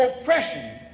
oppression